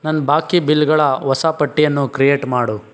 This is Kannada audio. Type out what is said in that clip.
ನನ್ನ ಬಾಕಿ ಬಿಲ್ಗಳ ಹೊಸ ಪಟ್ಟಿಯನ್ನು ಕ್ರಿಯೇಟ್ ಮಾಡು